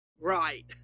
Right